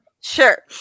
sure